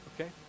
okay